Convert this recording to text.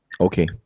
Okay